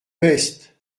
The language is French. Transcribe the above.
peste